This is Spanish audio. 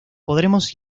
podremos